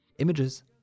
Images